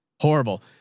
Horrible